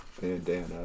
Bandana